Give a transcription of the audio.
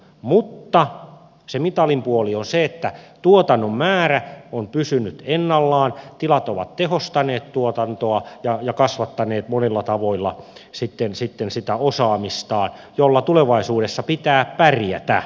mutta se mitalin puoli on se että tuotannon määrä on pysynyt ennallaan tilat ovat tehostaneet tuotantoa ja kasvattaneet monilla tavoilla sitten osaamistaan jolla tulevaisuudessa pitää pärjätä